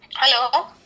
Hello